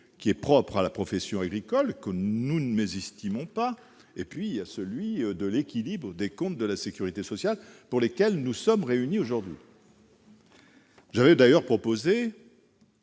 qui est propre à la profession agricole, que nous ne mésestimons pas ; et celui de l'équilibre des comptes de la sécurité sociale, pour lequel nous sommes réunis aujourd'hui. J'avais d'ailleurs proposé